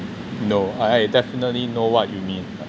no I I definitely know what you mean